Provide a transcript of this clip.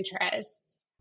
interests